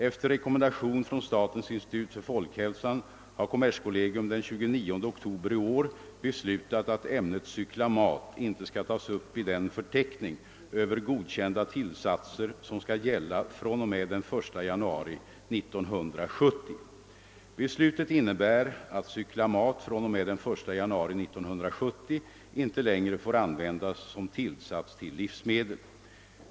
Efter rekommendation från statens institut för folkhälsan har kommerskollegium den 29 oktober i år beslutat att ämnet cyklamat inte skall tas upp i den förteckning över godkända tillsatser, som skall gälla fr.o.m. den 1 januari 1970. Beslutet innebär att cyklamat fr.o.m. den 1 januari 1970 inte längre får användas som tillsats till livsmedel.